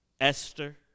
Esther